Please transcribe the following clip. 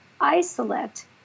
Isolate